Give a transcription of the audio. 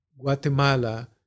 Guatemala